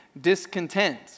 discontent